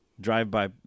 drive-by